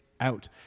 out